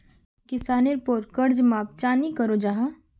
किसानेर पोर कर्ज माप चाँ नी करो जाहा?